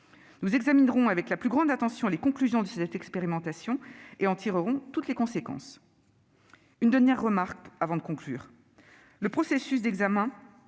Nous examinerons avec la plus grande attention les conclusions de cette expérimentation et en tirerons toutes les conséquences. Je veux formuler une dernière remarque pour conclure. Le processus d'examen